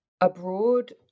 abroad